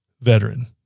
veteran